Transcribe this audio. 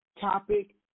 topic